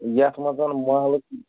یَتھ منٛز مٔحلہٕ